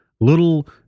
little